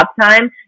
time